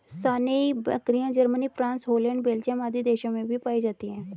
सानेंइ बकरियाँ, Germany, France, Holland, Belgium आदि देशों में भी पायी जाती है